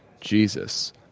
Jesus